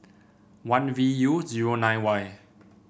one V U zero nine Y